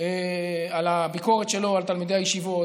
על הביקורת שלו על תלמידי הישיבות